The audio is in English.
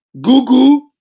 Google